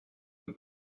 nous